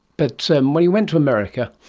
but so um when he went to america,